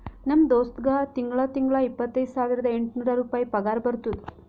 ನಮ್ ದೋಸ್ತ್ಗಾ ತಿಂಗಳಾ ತಿಂಗಳಾ ಇಪ್ಪತೈದ ಸಾವಿರದ ಎಂಟ ನೂರ್ ರುಪಾಯಿ ಪಗಾರ ಬರ್ತುದ್